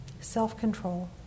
self-control